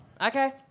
Okay